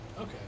Okay